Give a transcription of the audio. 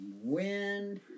wind